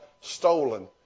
stolen